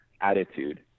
attitude